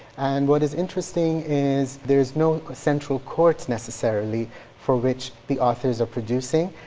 and what is interesting is there's no central court necessarily for which the authors are producing,